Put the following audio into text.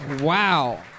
wow